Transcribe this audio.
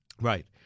Right